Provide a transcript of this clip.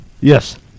Yes